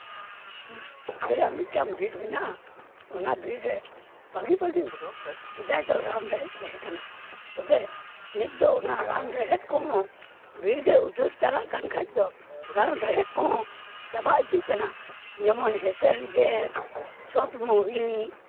ᱟᱞᱮᱭᱟᱜ ᱢᱤᱫᱴᱟᱝ ᱵᱤᱨ ᱢᱮᱱᱟᱜᱼᱟ ᱚᱱᱟ ᱵᱤᱨ ᱨᱮ ᱵᱷᱟᱜᱮ ᱵᱷᱟᱜᱮ ᱥᱮᱫᱟᱭ ᱫᱚ ᱨᱟᱱ ᱨᱮᱦᱮᱫ ᱛᱮᱦᱮᱠᱟᱱᱟ ᱛᱚᱵᱮ ᱱᱤᱛ ᱫᱚ ᱚᱱᱟ ᱨᱟᱱ ᱨᱮᱦᱮᱫ ᱠᱚᱦᱚᱸ ᱵᱤᱨ ᱨᱮ ᱩᱡᱟᱹᱲ ᱪᱟᱞᱟᱜ ᱠᱷᱟᱱ ᱠᱷᱟᱡ ᱫᱚ ᱨᱮᱱ ᱨᱮᱦᱮᱫ ᱠᱚᱦᱚᱸ ᱪᱟᱵᱟ ᱤᱫᱤᱜ ᱠᱟᱱᱟ ᱡᱮᱢᱚᱱ ᱦᱮᱸᱥᱮᱞ ᱡᱮᱨ ᱥᱚᱛ ᱢᱳᱣᱞᱤ